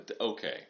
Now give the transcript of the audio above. Okay